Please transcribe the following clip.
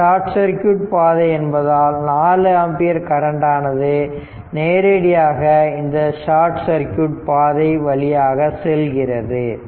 இது short circuit பாதை என்பதால் 4 ஆம்பியர் கரண்ட் ஆனது நேரடியாக இந்த ஷார்ட் சர்க்யூட் பாதை வழியாக செல்கிறது